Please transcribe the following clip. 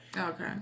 Okay